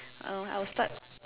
uh I'll start